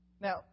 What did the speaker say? Now